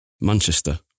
Manchester